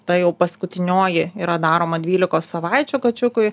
ta jau paskutinioji yra daroma dvylikos savaičių kačiukui